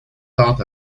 thought